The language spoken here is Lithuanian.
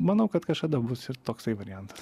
manau kad kažkada bus ir toksai variantas